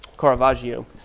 Caravaggio